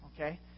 Okay